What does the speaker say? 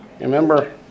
Remember